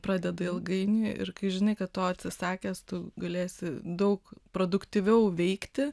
pradeda ilgainiui ir kai žinai kad to sakęs tu galėsi daug produktyviau veikti